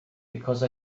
because